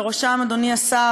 ובראשם אדוני השר,